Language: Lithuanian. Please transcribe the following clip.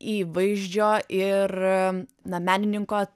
įvaizdžio ir na menininko